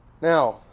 Now